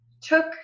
took